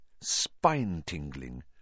spine-tingling